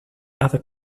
other